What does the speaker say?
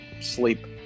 sleep